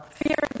fear